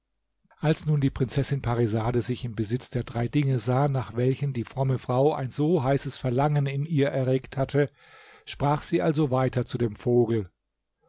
als nun die prinzessin parisade sich im besitz der drei dinge sah nach welchen die fromme frau ein so heißes verlangen in ihr erregt hatte sprach sie also weiter zu dem vogel